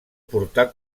portar